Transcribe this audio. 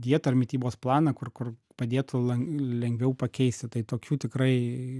dietą ar mitybos planą kur kur padėtų lan lengviau pakeisti tai tokių tikrai